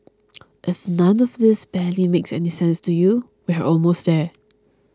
if none of this barely makes any sense to you we're almost there